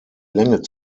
länge